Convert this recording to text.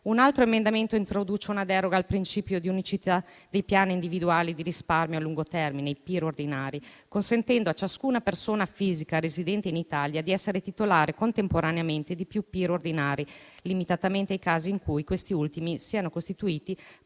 Un altro emendamento introduce una deroga al principio di unicità dei piani individuali di risparmio a lungo termine (PIR ordinari), consentendo a ciascuna persona fisica residente in Italia di essere titolare contemporaneamente di più PIR ordinari, limitatamente ai casi in cui questi ultimi siano costituiti